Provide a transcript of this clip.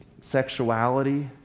sexuality